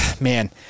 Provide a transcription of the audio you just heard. Man